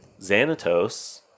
Xanatos